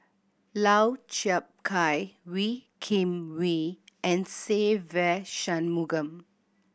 Lau Chiap Khai Wee Kim Wee and Se Ve Shanmugam